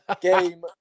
Game